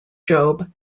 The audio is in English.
job